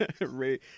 Ray